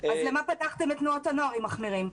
--- אז למה פתחתם את תנועות הנוער אם מחמירים?